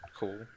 Cool